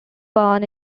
born